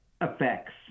effects